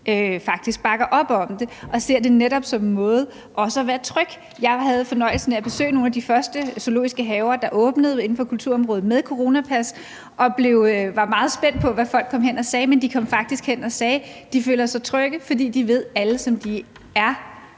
faktisk bakker op om det og netop ser det som en måde også at være tryg på. Jeg havde fornøjelsen af at besøge nogle af de første zoologiske haver, der åbnede inden for kulturområdet, med coronapas, og jeg var meget spændt på, hvad folk kom hen og sagde. De kom faktisk hen og sagde, at de følte sig trygge, fordi de ved, at alle dem, de